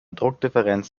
druckdifferenz